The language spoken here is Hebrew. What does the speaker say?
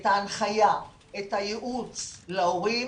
את ההנחיה, את הייעוץ להורים,